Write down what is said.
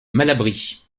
malabry